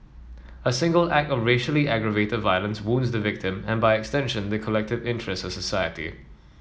a single act of racially aggravated violence wounds the victim and by extension the collective interest of society